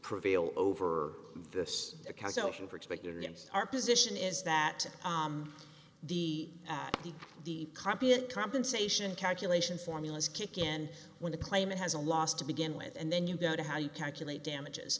prevail over this calculation particularly in our position is that the the copyright compensation calculation formulas kick in when the claimant has a loss to begin with and then you go to how you calculate damages